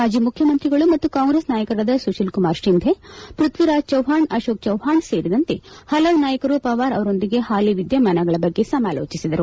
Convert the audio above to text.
ಮಾಜಿ ಮುಖ್ಯಮಂತ್ರಿಗಳು ಮತ್ತು ಕಾಂಗ್ರೆಸ್ ನಾಯಕರಾದ ಸುಶೀಲ್ ಕುಮಾರ್ ಶಿಂಧೆ ಪೃಥ್ಟಿರಾಜ್ ಚೌಹಾಣ್ ಅಶೋಕ್ ಚೌಹಾಣ್ ಸೇರಿದಂತೆ ಹಲವು ನಾಯಕರು ಪವಾರ್ ಅವರೊಂದಿಗೆ ಹಾಲಿ ವಿದ್ಯಮಾನಗಳ ಬಗ್ಗೆ ಸಮಾಲೋಚಿಸಿದರು